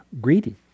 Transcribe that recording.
greedy